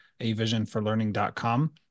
avisionforlearning.com